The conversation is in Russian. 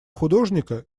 художника